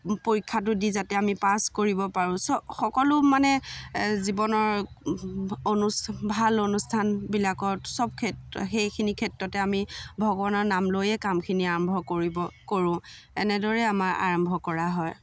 পৰীক্ষাটো দি যাতে আমি পাছ কৰিব পাৰোঁ চ' সকলো মানে জীৱনৰ অনুষ্ঠা ভাল অনুষ্ঠানবিলাকত চব ক্ষেত্ৰ সেইখিনি ক্ষেত্ৰতে আমি ভগৱানৰ নাম লৈয়ে কামখিনি আৰম্ভ কৰিব কৰো এনেদৰে আমাৰ আৰম্ভ কৰা হয়